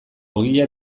ogia